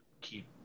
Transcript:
keep